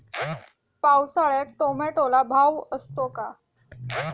पावसाळ्यात टोमॅटोला भाव असतो का?